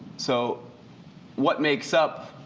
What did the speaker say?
so what makes up,